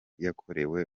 yakorewe